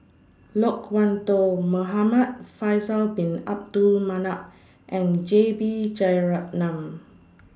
Loke Wan Tho Muhamad Faisal Bin Abdul Manap and J B Jeyaretnam